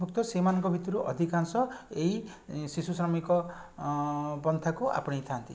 ଭୁକ୍ତ ସେମାନଙ୍କ ଭିତରୁ ଅଧିକାଂଶ ଏଇ ଶିଶୁ ଶ୍ରମିକ ପ୍ରଂଥାକୁ ଆପଣେଇଥାନ୍ତି